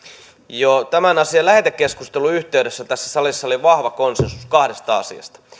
jo tämän asian lähetekeskustelun yhteydessä tässä salissa oli vahva konsensus kahdesta asiasta